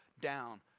down